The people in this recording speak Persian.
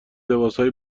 لباسهای